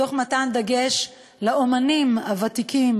בדגש על האמנים הוותיקים,